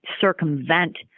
circumvent